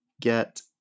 get